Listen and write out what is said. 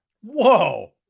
Whoa